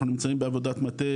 אנחנו נמצאים בעבודת מטה,